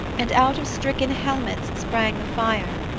and out of stricken helmets sprang the fire.